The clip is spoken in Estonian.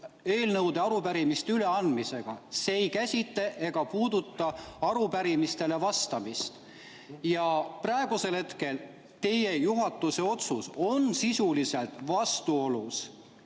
eelnõude ja arupärimiste üleandmisega, see ei käsitle ega puuduta arupärimistele vastamist. Ja praegusel hetkel teie juhatuse otsus on sisuliselt vastuolus